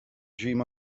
dream